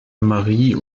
marie